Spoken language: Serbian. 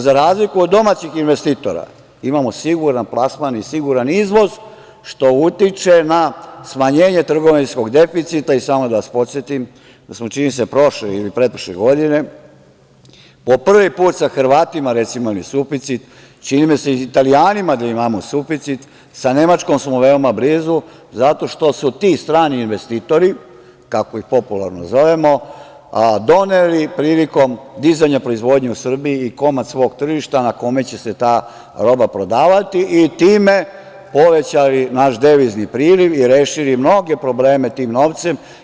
Za razliku od domaćih investitora imamo siguran plasman i siguran izvoz, što utiče na smanjenje trgovinskog deficita i, samo da vas podsetim da smo prošle ili pretprošle godine, po prvi put sa Hrvatima imali suficit, čini mi se da sa Italijanima imamo suficit, sa Nemačkom smo veoma blizu, jer su ti strani investitori, kako ih popularno zovemo, doneli prilikom dizanja proizvodnje u Srbiji i komad svog tržišta na kome će se ta roba prodati i time povećali naš devizni priliv i rešili mnoge probleme tim novcem.